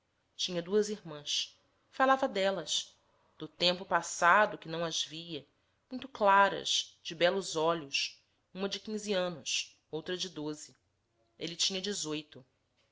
tinha duas irmãs falava delas do tempo passado que não as via muito claras de belos olhos uma de quinze anos outra de doze ele tinha dezoito